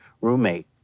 roommate